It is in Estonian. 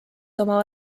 oma